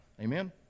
Amen